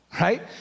right